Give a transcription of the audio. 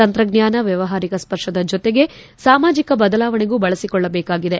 ತಂತ್ರಜ್ಟಾನ ವ್ಯವಹಾರಿಕ ಸ್ಪರ್ಶದ ಜೊತೆಗೆ ಸಾಮಾಜಿಕ ಬದಲಾವಣೆಗೂ ಬಳಸಿಕೊಳ್ಳಬೇಕಾಗಿದೆ